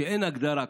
שאין הגדרה,